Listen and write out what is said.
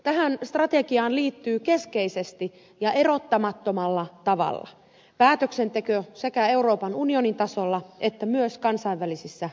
tähän strategiaan liittyy keskeisesti ja erottamattomalla tavalla päätöksenteko sekä euroopan unionin tasolla että myös kansainvälisissä ilmastoneuvotteluissa